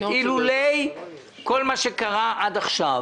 אילולא כל מה שקרה עד עכשיו,